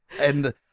and-